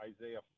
isaiah